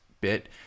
bit